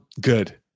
Good